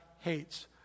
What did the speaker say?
hates